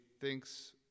thinks